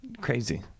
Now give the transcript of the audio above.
crazy